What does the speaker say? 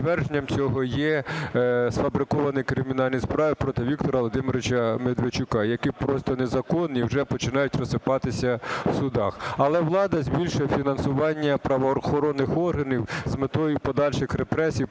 підтвердженням цього є сфабриковані кримінальні справи проти Віктора Володимировича Медведчука, які просто незаконні і вже починають розсипатися в судах. Але влада збільшує фінансування правоохоронних органів з метою подальших репресій